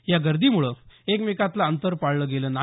या गर्दीमुळे एकमेकांतलं अंतर पाळलं गेलं नाही